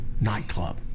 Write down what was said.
nightclub